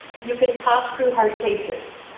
you can talk through hard cases.